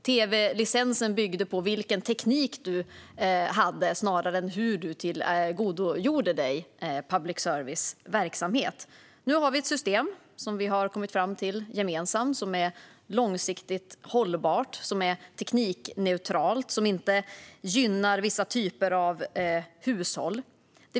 Tv-licensen byggde på vilken teknik du hade snarare än hur du tillgodogjorde dig public services verksamhet. Nu har vi ett system som vi har kommit fram till gemensamt, som är långsiktigt hållbart och teknikneutralt och inte gynnar vissa typer av hushåll.